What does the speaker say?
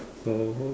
so